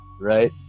right